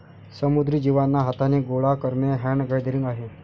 समुद्री जीवांना हाथाने गोडा करणे हैंड गैदरिंग आहे